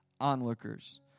onlookers